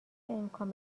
امکان